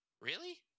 Really